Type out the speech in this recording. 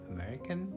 American